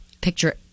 picture